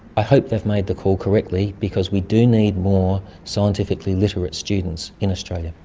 i hope they've made the call correctly because we do need more scientifically literate students in australia.